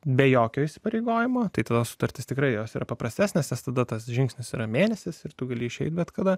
be jokio įsipareigojimo taikos sutartis tikrai jos yra paprastesnės nes tada tas žingsnis yra mėnesius ir tu gali išeiti bet kada